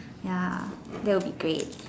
ya that would be great